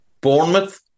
Bournemouth